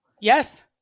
yes